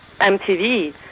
MTV